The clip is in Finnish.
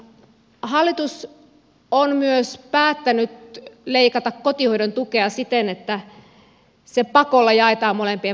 hallitus on myös päättänyt leikata kotihoidon tukea siten että se pakolla jaetaan molempien vanhempien kesken